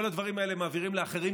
את כל הדברים האלה מעבירים לאחרים,